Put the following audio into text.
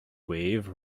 wave